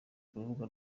kurubuga